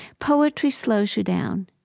poetry slows you down.